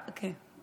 כן,